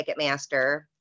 Ticketmaster